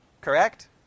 Correct